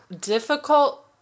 difficult